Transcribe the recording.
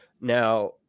now